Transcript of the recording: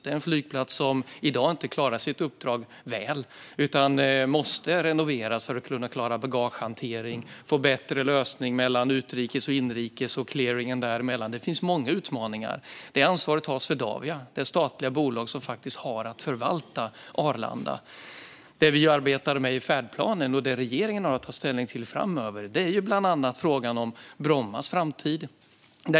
Det är en flygplats som i dag inte klarar sitt uppdrag väl utan måste renoveras för att kunna klara bagagehantering och få bättre lösningar mellan utrikes och inrikes och clearingen däremellan. Det finns många utmaningar. Det ansvaret har Swedavia, det statliga bolag som faktiskt har att förvalta Arlanda. Det vi arbetar med i färdplanen och det regeringen har att ta ställning till framöver är bland annat frågan om Brommas framtid.